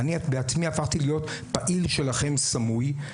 אני בעצמי הפכתי להיות פעיל סמוי שלכם.